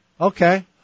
Okay